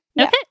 Okay